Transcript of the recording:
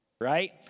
right